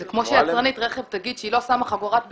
זה כמו שיצרנית רכב תגיד שהיא לא שמה חגורת בטיחות,